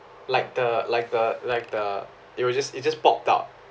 like the like the like the there was just it just popped out